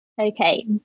Okay